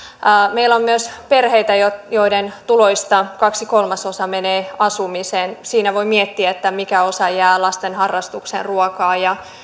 meillä on myös perheitä joiden joiden tuloista kaksi kolmasosaa menee asumiseen siinä voi miettiä mikä osa jää lasten harrastukseen ruokaan